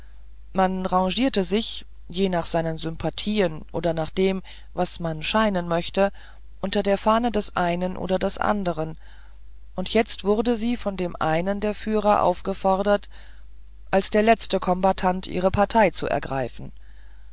man rangierte sich je nach seinen sympathien oder nach dem was man scheinen möchte unter der fahne des einen oder des anderen und jetzt wurde sie von dem einen der führer aufgefordert als der letzte kombattant ihre partei zu ergreifen